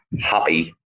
happy